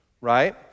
right